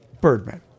birdman